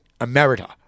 Emerita